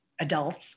adults